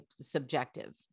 subjective